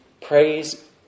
praise